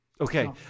Okay